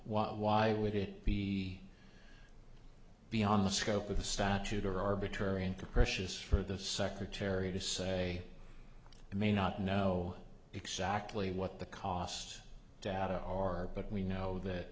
what why would it be beyond the scope of a statute or arbitrary and capricious for the secretary to say i may not know exactly what the costs data are but we know that